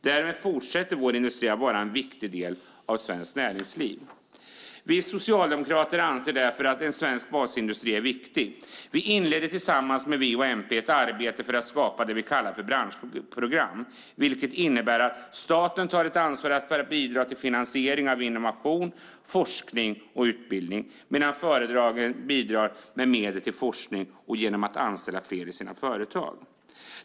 Därmed fortsätter vår industri att vara en viktig del av svenskt näringsliv. Vi socialdemokrater anser därför att svensk basindustri är viktig. Vi inledde tillsammans med V och MP ett arbete för att skapa det vi kallar branschprogram, vilket innebär att staten tar ett ansvar för att bidra till finansiering av innovation, forskning och utbildning medan företagen bidrar med medel till forskning och att genom att anställa fler i sina företag.